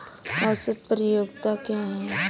औसत उपयोगिता क्या है?